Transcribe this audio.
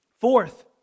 Fourth